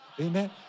amen